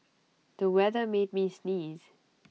the weather made me sneeze